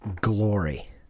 glory